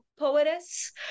Poetess